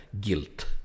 guilt